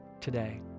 today